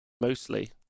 mostly